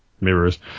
mirrors